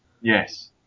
Yes